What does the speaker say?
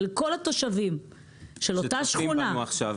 ולכל התושבים של אותה שכונה --- שצופים בנו עכשיו.